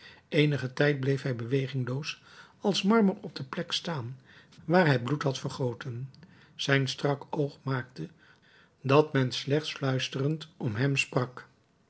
eenigen tijd bleef hij bewegingloos als marmer op de plek staan waar hij bloed had vergoten zijn strak oog maakte dat men slechts fluisterend om hem sprak